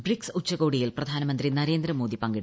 BRICS ഉച്ച്കോടിയിൽ പ്രധാനമന്ത്രി നരേന്ദ്രമോദി പങ്കെടുക്കും